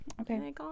Okay